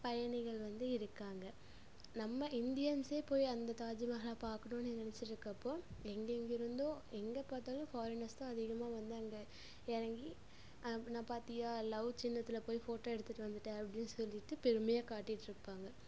பயணிகள் வந்து இருக்காங்க நம்ம இந்தியன்ஸே போய் அந்த தாஜுமஹாலை பார்க்கணுன்னு நினச்சிட்டு இருக்க அப்போ எங்கே எங்கே இருந்தோ எங்கே பார்த்தாலும் ஃபாரினர்ஸ் தான் அதிகமாக வந்து அங்கே இறங்கி நான் பார்த்தியா லவ் சின்னத்தில் போய் ஃபோட்டோ எடுத்துட்டு வந்துட்டேன் அப்படின்னு சொல்லிட்டு பெருமையாக காட்டிட்டு இருப்பாங்க